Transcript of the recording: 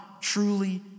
truly